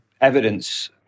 evidence